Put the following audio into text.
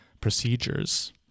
procedures